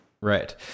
Right